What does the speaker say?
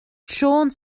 siôn